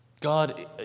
God